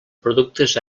productes